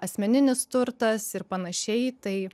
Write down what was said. asmeninis turtas ir panašiai tai